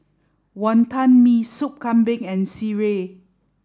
Wonton Mee Soup Kambing and Sireh